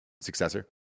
successor